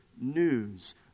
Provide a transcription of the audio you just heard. news